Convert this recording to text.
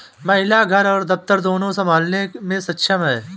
महिला घर और दफ्तर दोनो संभालने में सक्षम हैं